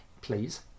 please